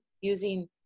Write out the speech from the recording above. using